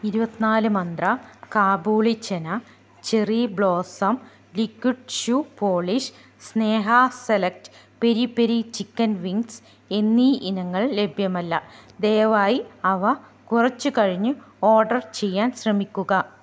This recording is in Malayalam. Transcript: ഇരുപത്തിനാല് Mantra kabuli chana cherry blossom liquid shoe polish Sneha select peri peri chicken wings എന്നീ ഇനങ്ങൾ ലഭ്യമല്ല ദയവായി അവ കുറച്ചു കഴിഞ്ഞു ഓർഡർ ചെയ്യാൻ ശ്രമിക്കുക